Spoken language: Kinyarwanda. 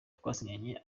twasinyanye